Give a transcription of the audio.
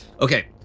okay,